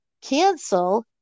cancel